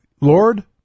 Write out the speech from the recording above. Lord